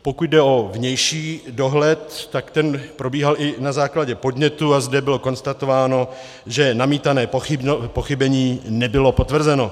Pokud jde o vnější dohled, tak ten probíhal i na základě podnětu a zde bylo konstatováno, že namítané pochybení nebylo potvrzeno.